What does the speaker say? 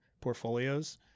portfolios